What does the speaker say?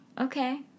Okay